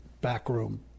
backroom